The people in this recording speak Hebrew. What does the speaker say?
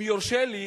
אם יורשה לי,